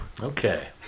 okay